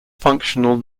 functional